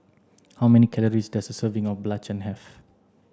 how many calories does a serving of Belacan have